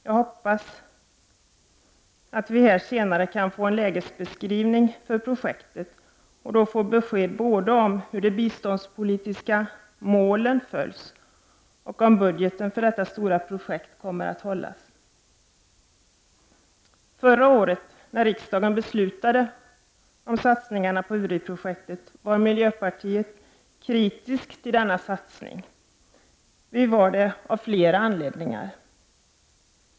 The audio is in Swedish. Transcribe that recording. Jag hoppas att vi här senare kan få en lägesbeskrivning av projektet och då få besked både om hur de biståndspolitiska målen följs och om budgeten för detta stora projekt kommer att hålla. Förra året, när riksdagen beslutade om satsningarna på Uri-projektet, var miljöpartiet kritiskt till denna satsning, och vi var det av flera anledningar.